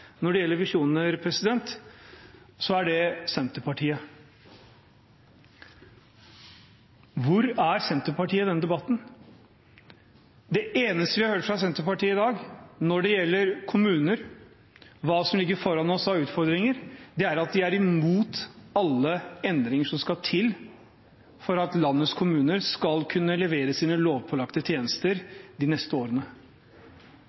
når det gjelder visjoner, er det Senterpartiet. Hvor er Senterpartiet i denne debatten? Det eneste vi har hørt fra Senterpartiet i dag når det gjelder kommuner og hva som ligger foran oss av utfordringer, er at de er imot alle endringer som skal til for at landets kommuner skal kunne levere sine lovpålagte tjenester de neste årene.